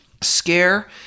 scare